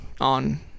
on